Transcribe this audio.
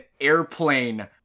airplane